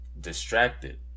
Distracted